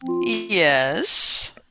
Yes